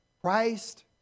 Christ